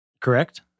Correct